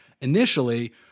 initially